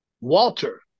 Walter